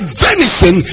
venison